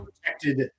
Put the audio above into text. protected